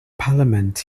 parliament